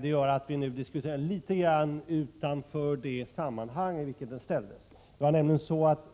Det gör att vi nu diskuterar litet grand utanför det sammanhang i vilket frågan ställdes.